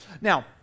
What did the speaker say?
now